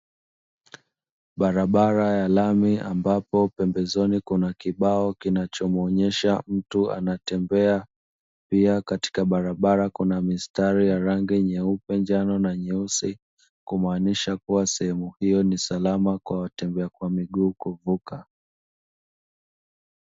Barabara ya lami ambapo pembezoni kuna kibao kinacho muonesha mtu anatembea, pia katika barabara kuna mistari ya rangi nyeupe, njano na nyeusi kumaanisha kuwa sehemu hiyo ni salama kwa watembea kwa miguu kuvuka.